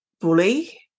bully